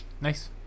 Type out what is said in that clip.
nice